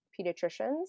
pediatricians